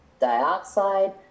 dioxide